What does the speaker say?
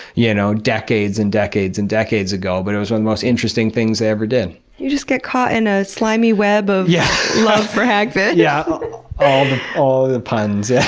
you know decades and decades and decades ago, but it was when the most interesting things they ever did. you just get caught in a slimy web of yeah love for hagfish. yeah all of the puns. and